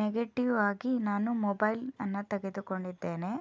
negative ಆಗಿ ನಾನು mobile ಅನ್ನು ತೆಗೆದುಕೊಂಡಿದ್ದೇನೆ